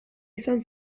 izan